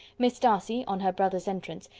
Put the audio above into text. miss darcy, on her brother's entrance,